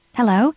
Hello